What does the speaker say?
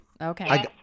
Okay